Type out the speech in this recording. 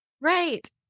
Right